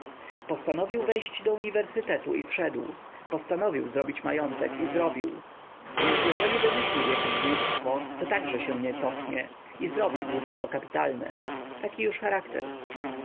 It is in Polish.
postanowił wejść do uniwersytetu i wszedł postanowił zrobić majątek i zrobił więc jeżeli wymyślił jakieś głupstwo to także się nie cofnie i zrobi głupstwo kapitalne taki już charakter